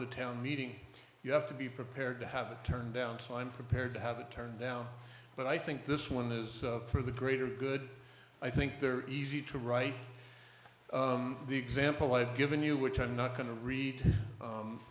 the town meeting you have to be prepared to have it turned down so i'm prepared to have it turned down but i think this one is for the greater good i think they're easy to write the example i've given you which i'm not going to read